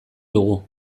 dugu